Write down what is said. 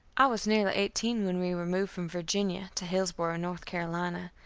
i was nearly eighteen when we removed from virginia to hillsboro', north carolina,